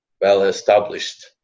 well-established